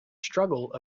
struggle